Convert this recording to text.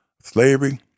slavery